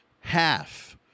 half-